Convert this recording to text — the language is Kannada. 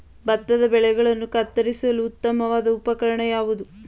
ಭತ್ತದ ಬೆಳೆಗಳನ್ನು ಕತ್ತರಿಸಲು ಉತ್ತಮವಾದ ಉಪಕರಣ ಯಾವುದು?